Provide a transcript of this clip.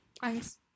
Thanks